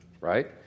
right